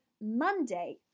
Monday